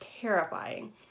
terrifying